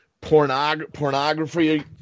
Pornography